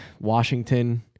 Washington